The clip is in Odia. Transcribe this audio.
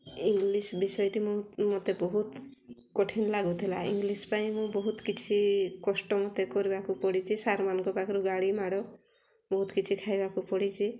ଇଂଲିଶ୍ ବିଷୟଟି ମୋ ମୋତେ ବହୁତ କଠିନ ଲାଗୁଥିଲା ଇଂଲିଶ୍ ପାଇଁ ମୁଁ ବହୁତ କିଛି କଷ୍ଟ ମୋତେ କରିବାକୁ ପଡ଼ିଛି ସାର୍ମାନଙ୍କ ପାଖରୁ ଗାଳି ମାଡ଼ ବହୁତ କିଛି ଖାଇବାକୁ ପଡ଼ିଛି